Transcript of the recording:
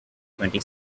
twenty